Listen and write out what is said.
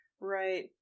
Right